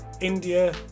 India